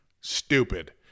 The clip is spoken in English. stupid